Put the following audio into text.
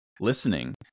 listening